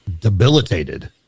debilitated